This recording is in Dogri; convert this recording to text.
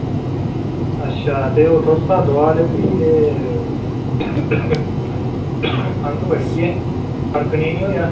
अच्छा ते थुआढ़े शा दोआऽ लैती ही ते खंघ बड़ी ऐ फर्क निं होएआ